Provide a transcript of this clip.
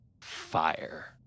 Fire